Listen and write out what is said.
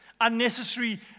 unnecessary